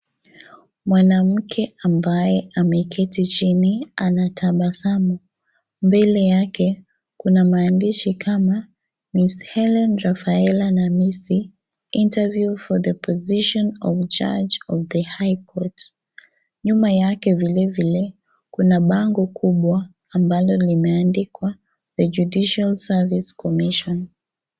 Mwanamke ambaye ameketi chini anatabasamu. Mbele yake kuna maandishi kama, Ms. Helene Rafaela Namisi interveiw for the position of the judge of the high court . Nyuma yake vile vile kuna bango kubwa ambalo limeandikwa The judicial Service Commission .